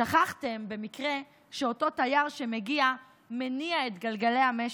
שכחתם במקרה שאותו תייר שמגיע מניע את גלגלי המשק,